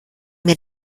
mir